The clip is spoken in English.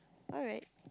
alright